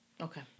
Okay